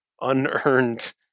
unearned